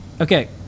Okay